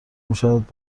میشود